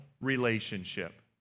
relationship